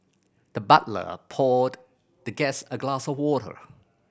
the butler poured the guest a glass of water